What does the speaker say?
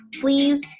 Please